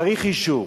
צריך אישור.